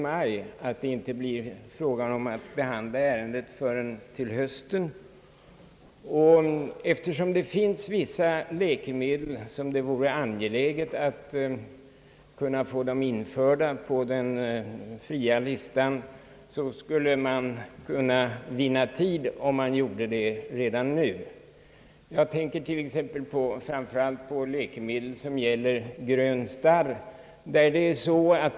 Man skulle vinna tid om man gjorde detta, eftersom propositionen är aviserad att komma först i maj och det kan hända att det inte blir fråga om att behandla detta ärende förrän i höst. Jag tänker framför allt på t.ex. läkemedel som gäller grön starr.